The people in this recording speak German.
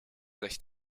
recht